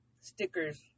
stickers